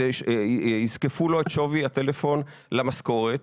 יזקפו לו את שווי הטלפון למשכורת,